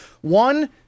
One